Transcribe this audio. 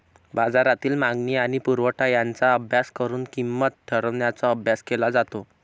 बाजारातील मागणी आणि पुरवठा यांचा अभ्यास करून किंमत ठरवण्याचा अभ्यास केला जातो